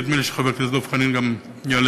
נדמה לי שחבר הכנסת דב חנין גם יעלה.